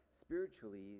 spiritually